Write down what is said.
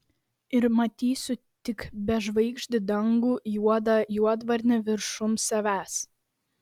ir matysiu tik bežvaigždį dangų juodą juodvarnį viršum savęs